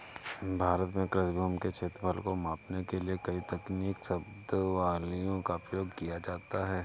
भारत में कृषि भूमि के क्षेत्रफल को मापने के लिए कई तकनीकी शब्दावलियों का प्रयोग किया जाता है